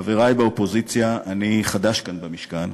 חברי באופוזיציה, אני חדש כאן במשכן.